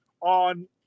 on